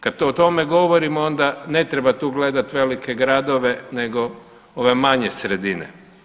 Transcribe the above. Kad o tome govorimo onda ne treba tu gledati velike gradove nego ove manje sredine.